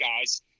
guys